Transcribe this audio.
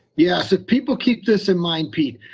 yes, if people keep this in mind, pete,